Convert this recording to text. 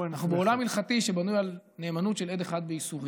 אנחנו בעולם הלכתי שבנוי על נאמנות של עד אחד באיסורים,